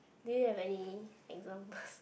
do you have any examples